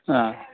ಹಾಂ